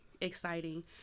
exciting